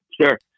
Sure